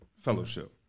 fellowship